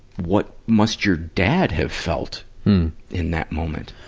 what must your dad have felt in that moment?